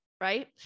right